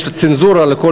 יש צנזורה על כל